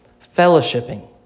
fellowshipping